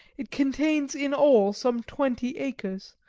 it contains in all some twenty acres,